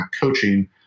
coaching